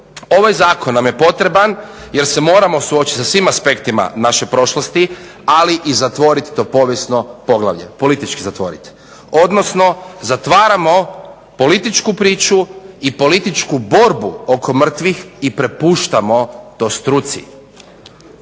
ovaj zakon nam je potreban jer se moramo suočiti sa svim aspektima naše prošlosti, ali i zatvoriti to povijesno poglavlje, politički zatvoriti. Odnosno, zatvaramo političku priču i političku borbu oko mrtvih i prepuštamo to struci.